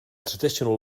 traditional